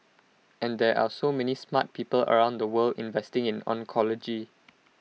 and there are so many smart people around the world investing in oncology